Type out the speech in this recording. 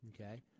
okay